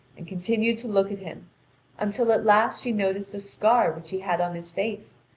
and continued to look at him until at last she noticed a scar which he had on his face,